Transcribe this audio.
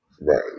Right